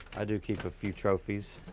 i do keep a few trophies.